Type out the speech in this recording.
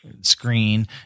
screen